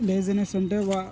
laziness ఉంటే వా